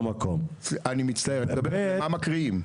אני מצטער, אני מדבר על מה מקריאים.